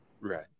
Right